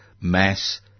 mass